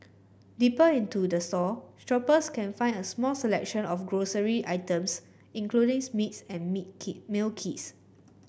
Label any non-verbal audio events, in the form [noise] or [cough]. deeper into the store shoppers can find a small selection of grocery items including [unintelligible] meats and [unintelligible] meal kits